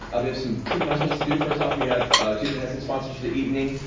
ah we have some quick announcements to do. first off, we have two fantastic sponsors for the evening.